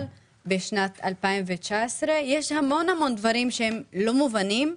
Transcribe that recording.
בשנת 2019. יש המון דברים שהם לא מובנים,